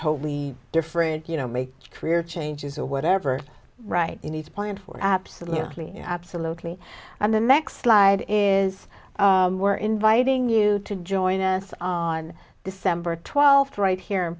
different you know make career changes or whatever right you need to plan for absolutely absolutely and the next slide is we're inviting you to join us on december twelfth right here in